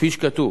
כפי שכתוב: